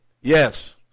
Yes